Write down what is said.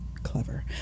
clever